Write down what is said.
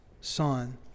son